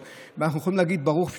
ואנחנו יכולים להגיד "ברוך שפטרני"